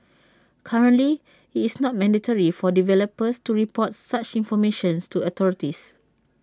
currently IT is not mandatory for developers to report such information to authorities